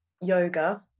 yoga